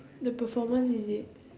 the performance is it